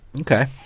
Okay